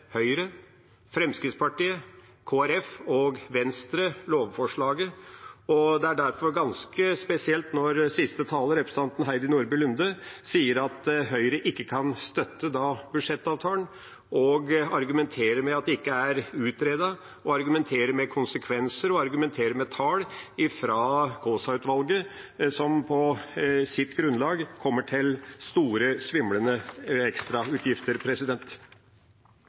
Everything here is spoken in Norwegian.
Høyre, Fremskrittspartiet, Kristelig Folkeparti og Venstre lovforslaget, og det er derfor ganske spesielt når forrige taler, representanten Heidi Nordby Lunde, sier at Høyre da ikke kan støtte budsjettavtalen og argumenterer med at det ikke er utredet, med konsekvenser og med tall fra Kaasa-utvalget, som på sitt grunnlag kommer til store, svimlende ekstrautgifter.